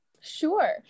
Sure